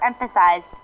emphasized